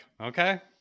okay